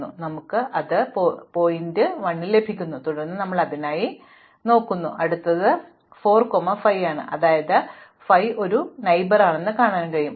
അത് അതിനാൽ നമുക്ക് നമ്മുടെ ശീർഷകത്തിന്റെ 1 ലഭിക്കുന്നു തുടർന്ന് ഞങ്ങൾ അതിനായി നടക്കുന്നു തുടർന്ന് അടുത്തത് 4 കോമ 5 ആണ് അതിനാൽ 5 ഒരു അയൽവാസിയാണ്